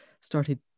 started